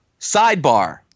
sidebar